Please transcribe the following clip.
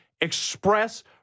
express